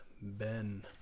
Ben